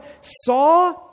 saw